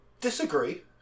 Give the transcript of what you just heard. Disagree